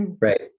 Right